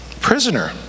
prisoner